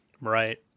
Right